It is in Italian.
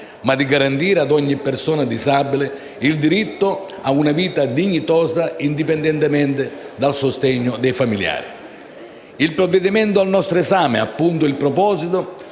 ma di garantire ad ogni persona disabile il diritto a una vita dignitosa, indipendentemente dal sostegno dei familiari. Il provvedimento al nostro esame ha appunto il proposito